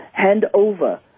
handover